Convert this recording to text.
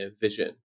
vision